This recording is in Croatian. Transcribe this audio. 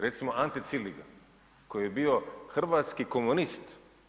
Recimo, Ante Ciliga, koji je bio hrvatski komunist.